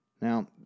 Now